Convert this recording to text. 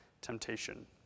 temptation